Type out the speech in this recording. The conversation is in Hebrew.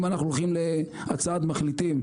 אם אנחנו הולכים להצעת מחליטים,